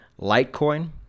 Litecoin